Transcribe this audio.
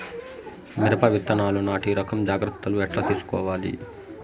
మిరప విత్తనాలు నాటి రకం జాగ్రత్తలు ఎట్లా తీసుకోవాలి?